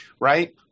right